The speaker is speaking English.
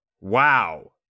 wow